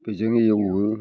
बेजों एवो